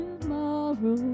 tomorrow